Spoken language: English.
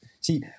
See